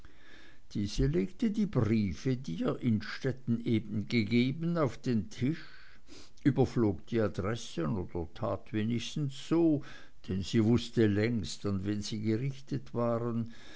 diese legte die briefe die ihr innstetten eben gegeben auf den tisch überflog die adressen oder tat wenigstens so denn sie wußte längst an wen sie gerichtet waren